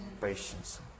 patience